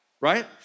right